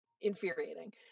infuriating